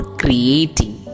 creating